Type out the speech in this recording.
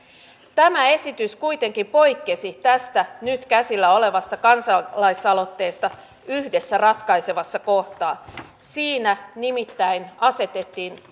tämä esitys kuitenkin poikkesi tästä nyt käsillä olevasta kansalaisaloitteesta yhdessä ratkaisevassa kohtaa siinä nimittäin asetettiin